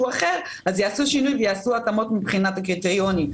אחר אז יעשו שינוי ויעשו התאמות מבחינת הקריטריונים,